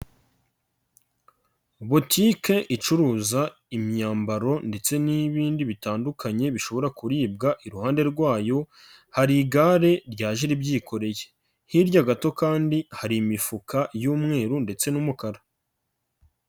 Botike icuruza imyambaro ndetse n'ibindi bitandukanye bishobora kuribwa iruhande rwayo hari igare ryaje ribyikoreye, hirya gato kandi hari imifuka y'umweru ndetse n'umukara.